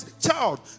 child